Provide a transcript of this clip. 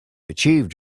achieved